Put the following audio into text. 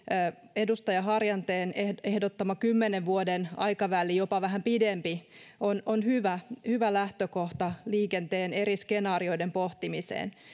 edustaja harjanteen ehdottama kymmenen vuoden aikaväli jopa vähän pidempi on on hyvä hyvä lähtökohta liikenteen eri skenaarioiden pohtimiseen